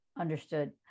Understood